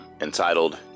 entitled